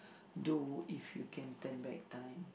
do if you can turn back time